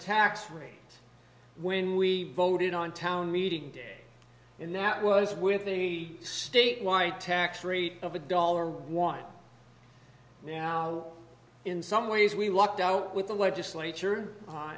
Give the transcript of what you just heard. tax rate when we voted on town meeting day and that was with the state wide tax rate of a dollar one now in some ways we lucked out with the legislature